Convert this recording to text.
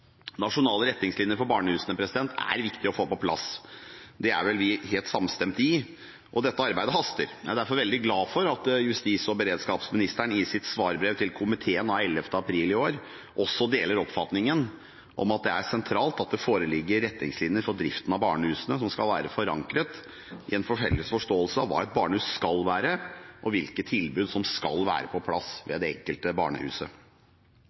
Nasjonale retningslinjer for barnehusene er viktig å få på plass. Der er vi vel helt samstemte. Dette arbeidet haster. Jeg er derfor veldig glad for at justis- og beredskapsministeren i sitt svarbrev til komiteen av 11. april i år deler oppfatningen om at det er sentralt at det foreligger retningslinjer for driften av barnehusene som skal være forankret i en felles forståelse av hva et barnehus skal være, og hvilke tilbud som skal være på plass ved det enkelte barnehuset.